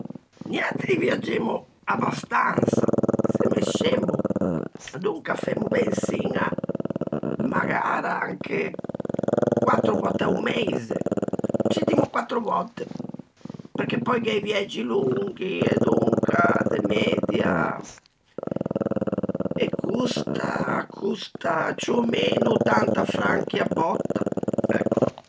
Niatri viagemmo abastansa, se mescemmo, donca faiemo bensiña magara anche quattro vòtte a-o meise, scì dimmo quattro vòtte, perché pöi gh'é anche i viægi longhi e donca de media... E costa, a costa ciù ò meno ottanta franchi à bòtta, ecco.